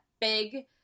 big